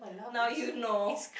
now you know